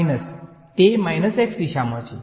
minus તે દિશામાં છે